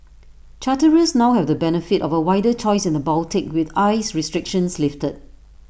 charterers now have the benefit of A wider choice in the Baltic with ice restrictions lifted